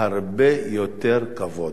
הרבה יותר כבוד.